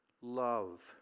Love